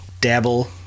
dabble